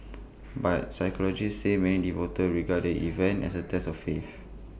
but psychologists say many devotees regard the event as A test of faith